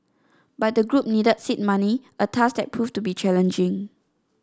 but the group needed seed money a task that proved to be challenging